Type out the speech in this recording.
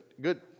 good